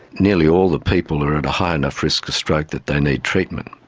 nearly all the people are at a high enough risk of stroke that they need treatment.